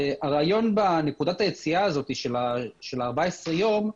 הרעיון בנקודת היציאה הזאת שלחל ה-14 ימים,